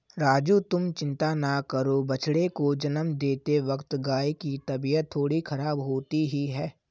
राजू तुम चिंता ना करो बछड़े को जन्म देते वक्त गाय की तबीयत थोड़ी खराब होती ही है